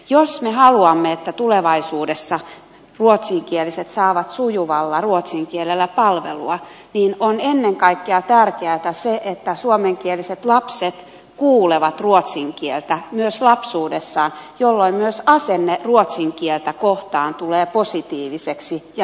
jos me haluamme että tulevaisuudessa ruotsinkieliset saavat sujuvalla ruotsin kielellä palvelua on ennen kaikkea tärkeätä että suomenkieliset lapset kuulevat ruotsin kieltä myös lapsuudessaan jolloin myös asenne ruotsin kieltä kohtaan tulee positiiviseksi ja myönteiseksi